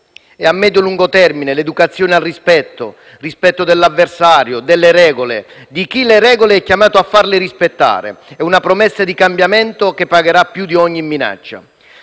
A medio-lungo termine, l'educazione al rispetto, al rispetto dell'avversario, delle regole, di chi le regole è chiamato farle rispettare, è una promessa di cambiamento che pagherà più di ogni minaccia.